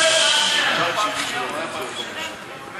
שב במקומך, אורן.